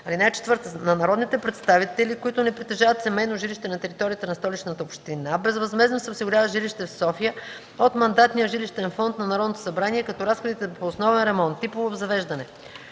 (4) На народните представители, които не притежават семейно жилище на територията на Столичната община, безвъзмездно се осигурява жилище в София от мандатния жилищен фонд на Народното събрание, като разходите по основен ремонт, типово обзавеждане,